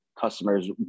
customers